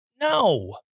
No